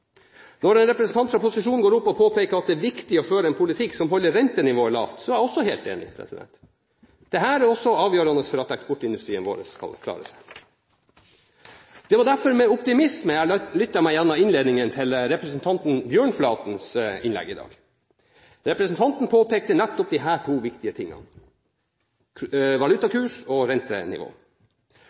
Når en representant fra posisjonen går opp og påpeker at det er viktig å føre en politikk som holder rentenivået lavt, er jeg også helt enig. Dette er også avgjørende for at eksportindustrien vår skal klare seg. Det var derfor med optimisme jeg lyttet meg gjennom innledningen til representanten Bjørnflatens innlegg i dag. Representanten påpekte nettopp disse to viktige tingene: valutakurs og rentenivå.